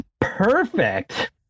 Perfect